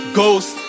ghost